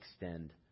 extend